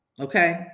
okay